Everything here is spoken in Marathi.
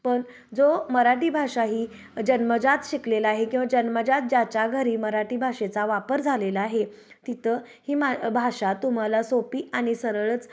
पन जो मराठी भाषा ही जन्मजात शिकलेला आहे किंवा जन्मजात ज्याच्या घरी मराठी भाषेचा वापर झालेला आहे तिथे ही मा भाषा तुम्हाला सोपी आणि सरळच